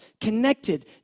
connected